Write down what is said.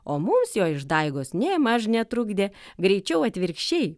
o mums jo išdaigos nėmaž netrukdė greičiau atvirkščiai